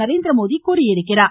நரேந்திரமோடி தெரிவித்துள்ளார்